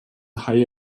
haie